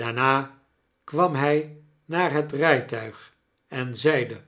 daarna kwam hy naar het rpuig en zeide